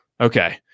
Okay